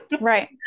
Right